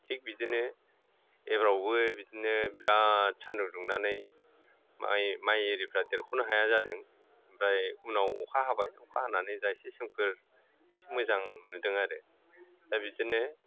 थिग बिदिनो एबारावबो बिदिनो बेराद सानदुं दुंनानै माइ आरिफ्रा देरख'नो हाया जादों ओमफ्राय उनाव अखा हाबाय अखा हानानै दा एसे सोमखोर एसे मोजां नुदों आरो दा बिदिनो